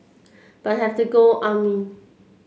but have to go army